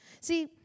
See